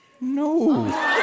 no